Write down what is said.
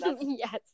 Yes